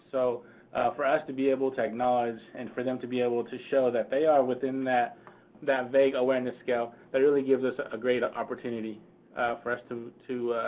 so for us to be able to acknowledge and for them to be able to show that they are within that that vague awareness scale. that really gives us a great opportunity for us to, or